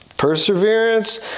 perseverance